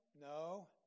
No